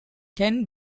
ken